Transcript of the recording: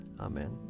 Amen